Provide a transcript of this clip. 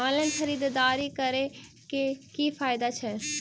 Online खरीददारी करै केँ की फायदा छै?